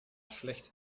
schlecht